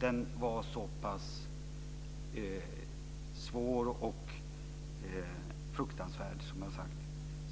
Den var så pass svår och fruktansvärd